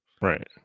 Right